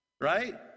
right